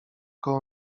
koło